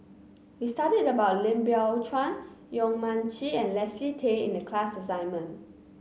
we studied about Lim Biow Chuan Yong Mun Chee and Leslie Tay in the class assignment